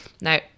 Now